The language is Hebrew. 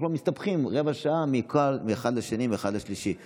אנחנו הרי מסתבכים רבע שעה מאחד לשני ומהשני לשלישי.